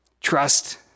Trust